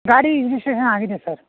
ಗಾಡಿ ರಿಜಿಸ್ಟ್ರೇಷನ್ ಆಗಿದೆ ಸರ್